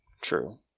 True